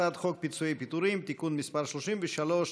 הצעת חוק פיצויי פיטורים (תיקון מס' 33),